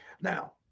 Now